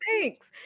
thanks